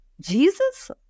Jesus